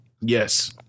Yes